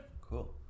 cool